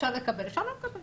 אפשר לקבל, אפשר לא לקבל.